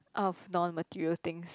out of non material things